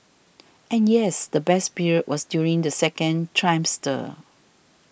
and yes the best period was during the second trimester